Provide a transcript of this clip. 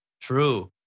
True